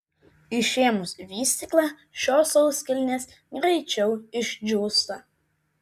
išėmus vystyklą šios sauskelnės greičiau išdžiūsta